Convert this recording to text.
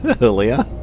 Earlier